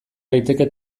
daiteke